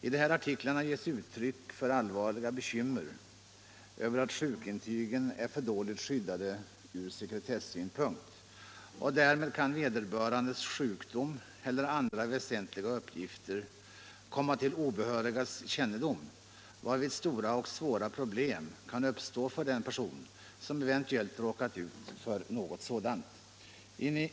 I artiklarna ges uttryck för allvarliga bekymmer över att sjukintygen är för dåligt skyddade ur sekretessynpunkt; därmed kan vederbörandes sjukdom eller andra väsentliga uppgifter komma till obehörigas kännedom varvid stora och svåra problem kan uppstå för den person som eventuellt råkar ut för något sådant.